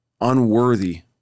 unworthy